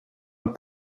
een